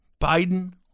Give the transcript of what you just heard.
Biden